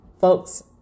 Folks